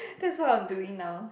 that's what I'm doing now